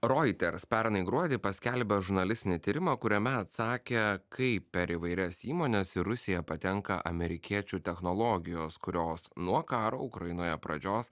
reuters pernai gruodį paskelbė žurnalistinį tyrimą kuriame atsakė kaip per įvairias įmones į rusiją patenka amerikiečių technologijos kurios nuo karo ukrainoje pradžios